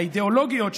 האידיאולוגיות,